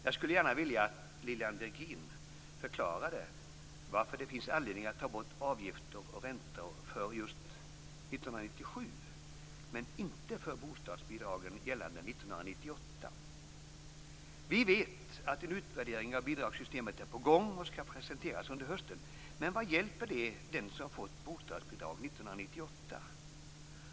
Jag skulle gärna vilja att Lilian Virgin förklarar varför det finns anledning att ta bort avgifter och räntor för just 1997 och inte för bostadsbidragen gällande 1998. Vi vet att en utvärdering av bidragssystemet är på gång och skall presenteras under hösten. Men vad hjälper det den som har fått för högt bostadsbidrag 1998?